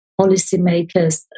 policymakers